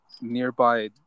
nearby